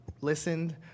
listened